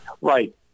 Right